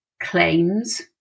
claims